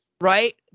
Right